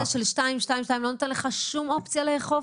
הסעיף 222 לא נותן לך שום אופציה לאכוף?